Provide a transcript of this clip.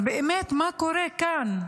באמת מה קורה כאן?